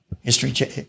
history